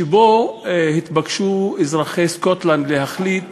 שבו התבקשו אזרחי סקוטלנד להחליט